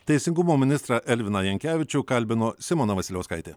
teisingumo ministrą elviną jankevičių kalbino simona vasiliauskaitė